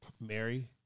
Mary